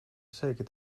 säkert